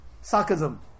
sarcasm